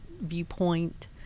viewpoint